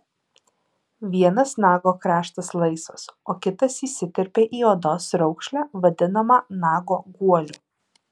vienas nago kraštas laisvas o kitas įsiterpia į odos raukšlę vadinamą nago guoliu